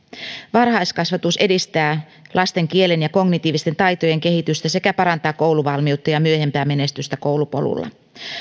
varhaiskasvatus edistää lasten kielen ja kognitiivisten taitojen kehitystä sekä parantaa kouluvalmiutta ja myöhempää menestystä koulupolulla